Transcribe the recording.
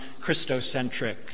Christocentric